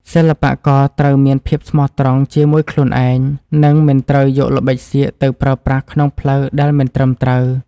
សិល្បករត្រូវមានភាពស្មោះត្រង់ជាមួយខ្លួនឯង និង មិនត្រូវយកល្បិចសៀកទៅប្រើប្រាស់ក្នុងផ្លូវដែលមិនត្រឹមត្រូវ។